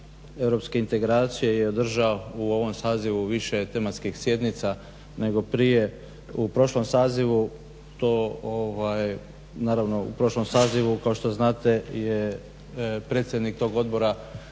europske integracije je držao u ovom sazivu više tematskih sjednica nego prije. U prošlom sazivu to, naravno u prošlom sazivu kao što znate je predsjednik tog odbora